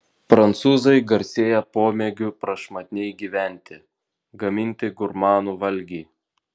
prancūzai garsėja pomėgiu prašmatniai gyventi gaminti gurmanų valgį